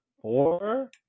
Four